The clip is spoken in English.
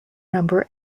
number